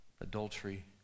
Adultery